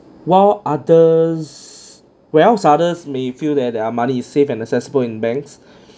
while others while others may feel that their money is save an accessible in banks